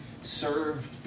served